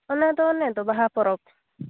ᱚᱱᱟ ᱫᱚ ᱚᱱᱮ ᱛᱚ ᱵᱟᱦᱟ ᱯᱚᱨᱚᱵᱽ